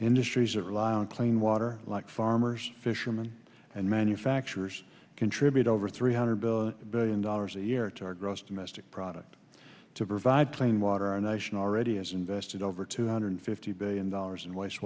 industries that rely on clean water like farmers fishermen and manufacturers contribute over three hundred billion billion dollars a year to our gross domestic product to provide clean water and national already has invested over two hundred fifty billion dollars in waste